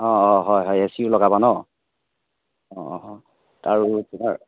অ অ হয় হয় এ চিও লগাবা ন' অ আৰু তোমাৰ